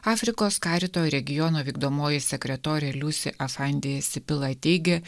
afrikos karito regiono vykdomoji sekretorė liusi afandi esipila teigia